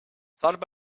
thought